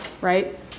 right